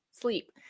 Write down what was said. sleep